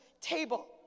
table